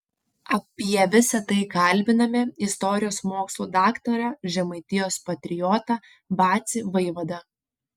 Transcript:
apie visa tai kalbiname istorijos mokslų daktarą žemaitijos patriotą vacį vaivadą